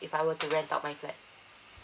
if I were to rent out my flat